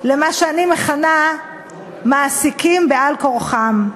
למה שאני מכנה מעסיקים בעל-כורחם.